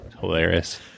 Hilarious